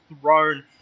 throne